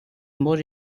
more